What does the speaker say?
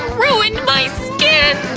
ruined my skin!